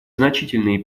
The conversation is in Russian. значительные